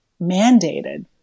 mandated